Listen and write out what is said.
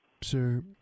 Sir